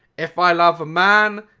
if i love a man,